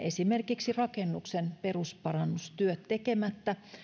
esimerkiksi rakennuksen perusparannustyöt tekemättä